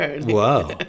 Wow